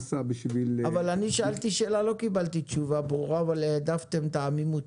אני שאלתי שאלה ולא קיבלתי תשובה ברורה אבל העדפתם את העמימות.